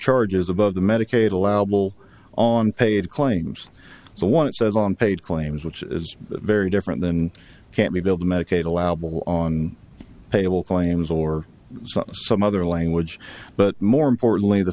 charges above the medicaid allowable on paid claims the one it says on paid claims which is very different than can't be billed medicaid allowable on table claims or some other language but more importantly the